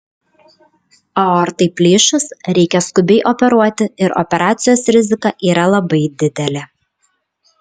aortai plyšus reikia skubiai operuoti ir operacijos rizika yra labai didelė